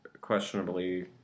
questionably